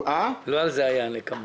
לא על זה הייתה הנקמה.